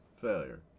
Failure